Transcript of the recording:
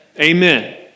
Amen